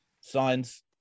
signs